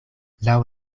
laŭ